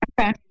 Okay